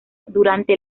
durante